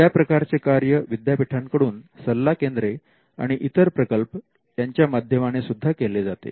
या प्रकारचे कार्य विद्यापीठांकडून सल्ला केंद्रे आणि इतर प्रकल्प यांच्या माध्यमाने सुद्धा केले जाते